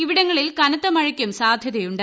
ഇവിടങ്ങളിൽ കനത്ത മഴയ്ക്കും സാധ്യതയുണ്ട്